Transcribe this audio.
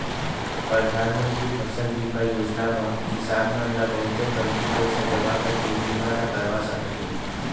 परधानमंतरी फसल बीमा योजना म किसान मन ल बहुते कमती पइसा जमा करके बीमा ल करवा सकत हे